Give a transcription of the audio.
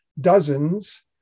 dozens